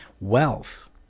Wealth